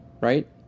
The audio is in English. right